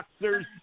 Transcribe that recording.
boxers